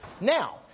Now